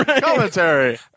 commentary